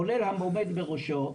כולל העומד בראשו,